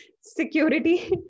security